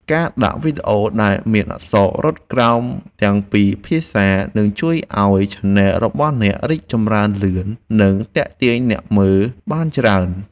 ការដាក់វីដេអូដែលមានអក្សររត់ក្រោមទាំងពីរភាសានឹងជួយឱ្យឆានែលរបស់អ្នករីកចម្រើនលឿន និងទាក់ទាញអ្នកមើលបានច្រើន។